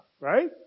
right